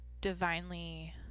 divinely